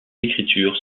d’écriture